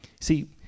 See